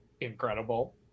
incredible